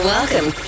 Welcome